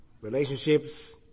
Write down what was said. relationships